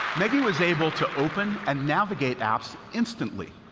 maggie was able to open and navigate apps instantly.